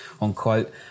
unquote